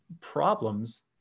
problems